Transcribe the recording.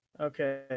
okay